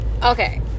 Okay